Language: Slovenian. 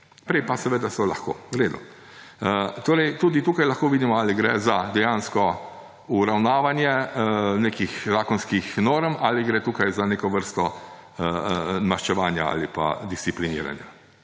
prej pa seveda so lahko. V redu. Tudi tukaj lahko vidimo, ali gre za dejansko uravnavanje nekih zakonskih norm, ali gre tukaj za neko vrsto maščevanja ali pa discipliniranja.